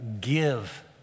give